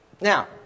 Now